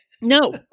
No